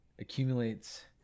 accumulates